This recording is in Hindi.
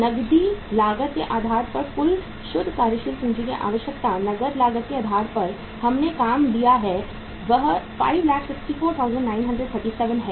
नकदी लागत के आधार पर कुल शुद्ध कार्यशील पूंजी की आवश्यकता नकद लागत के आधार पर हमने काम किया है वह 564937 है